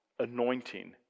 anointing